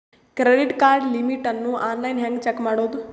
Credit card limit ಅನ್ನು online ಹೆಂಗ್ check ಮಾಡೋದು?